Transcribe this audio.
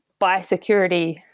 biosecurity